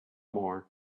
more